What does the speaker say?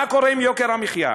מה קורה עם יוקר המחיה?